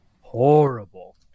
horrible